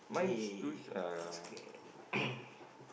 okay it's okay